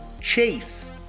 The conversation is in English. Chase